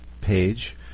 page